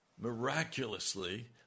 miraculously